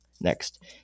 Next